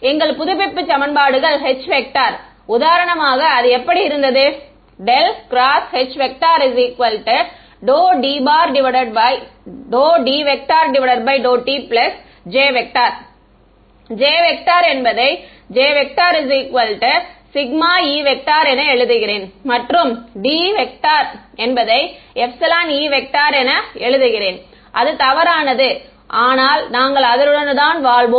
எங்கள் புதுப்பிப்பு சமன்பாடுகள் Hஉதாரணமாக அது இப்படி இருந்தது ∇×H ∂D∂t J J என்பதை J E என எழுதுகிறேன் மற்றும் D என்பதை E என எழுதுகிறேன் அது தவறானது ஆனால் நாங்கள் அதனுடன் தான் வாழ்வோம்